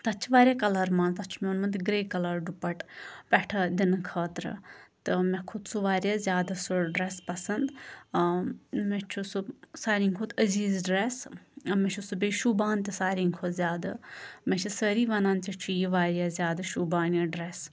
تَتھ چھِ واریاہ کَلَر مان ژٕ تَتھ چھُ مےٚ اوٚنمُت گرٛے کَلَر ڈُپٹہٕ پٮ۪ٹھہٕ دِنہٕ خٲطرٕ تہٕ مےٚ کھوٚت سُہ واریاہ زیادٕ سُہ ڈرٛیٚس پَسَند ٲں مےٚ چھُ سُہ ساروٕے کھۄتہٕ عزیٖز ڈرٛیٚس ٲں مےٚ چھُ سُہ بیٚیہِ شوٗبان تہِ ساروٕے کھۄتہٕ زیادٕ مےٚ چھِ سٲری وَنان ژےٚ چھُ یہِ واریاہ زیادٕ شوٗبان یہِ ڈرٛیٚس